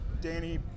Danny